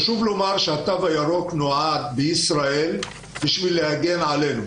חשוב לומר שהתו הירוק נועד בישראל בשביל להגן עלינו.